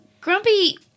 grumpy